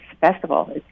festival